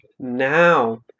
Now